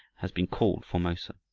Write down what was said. has been called formosa.